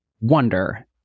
wonder